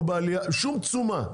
לא בשום תשומה,